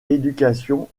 éducation